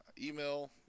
email